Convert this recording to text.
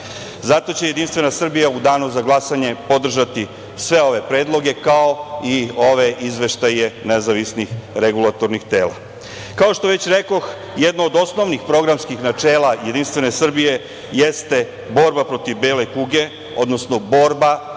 će Jedinstvena Srbija u danu za glasanje podržati sve ove predloge, kao i ove izveštaje nezavisnih regulatornih tela. Kao što već rekoh, jedno od osnovnih programskih načela Jedinstvene Srbije jeste borba protiv bele kuge, odnosno borba